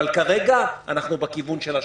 אבל כרגע, אנחנו בכיוון של ה-80%.